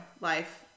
life